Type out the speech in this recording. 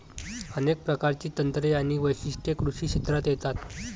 अनेक प्रकारची तंत्रे आणि वैशिष्ट्ये कृषी क्षेत्रात येतात